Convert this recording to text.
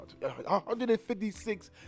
156